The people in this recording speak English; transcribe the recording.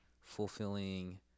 fulfilling